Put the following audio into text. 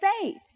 faith